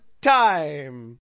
time